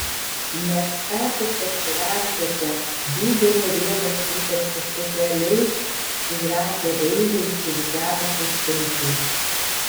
nes ką tik pasirašėte didelę riebią sutartį su keliais į gražią eilę išsirikiavusiais skaičiais